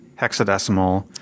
hexadecimal